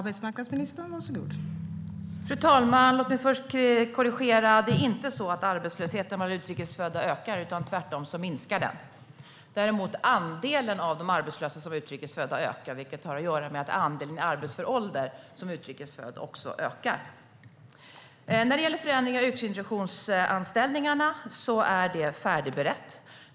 Fru talman! Låt mig först korrigera: Det är inte så att arbetslösheten bland utrikes födda ökar, utan tvärtom minskar den. Däremot ökar andelen av de arbetslösa som är utrikes födda, vilket har att göra med att andelen i arbetsför ålder som är utrikes född också ökar. När det gäller förändringar av yrkesintroduktionsanställningarna är det färdigberett.